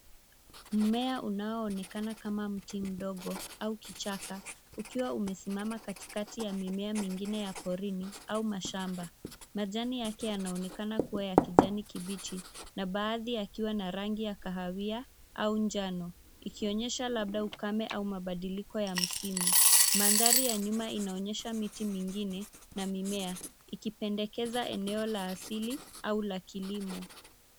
Mmea unaoonekana kama mti mdogo au kichaka, ukiwa umesimama katikati ya mimea mingine ya porini au mashamba. Majani yake yanaonekana kuwa ya kijani kibichi na baadhi yakiwa na rangi ya kahawia au njano; ikionyesha labda ukame au mabadiliko ya msimu. Mandhari ya nyuma inaonyesha miti mingine na mimea, ikipendekeza eneo la asili au la kilimo.